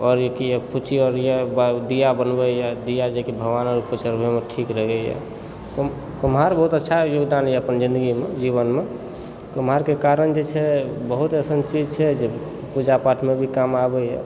आओर ई फूछी आओर यऽ दीया बनबैए दीया जे कि भगबान आओरकेँ चढबैमे ठीक रहैए कुम्हारके बहुत अच्छा योगदान अछि अपन जिन्दगीमे जीवनमे कुम्हारेके कारण जे छै बहुत एहन चीज छै जे पूजापाठमे सेहो काम आबैए